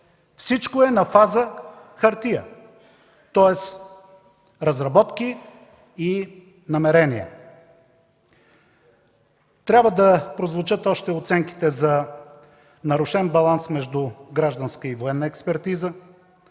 всичко е на фаза хартия, тоест разработки и намерения. Трябва да прозвучат още оценките за нарушен баланс между гражданска и военна експертиза,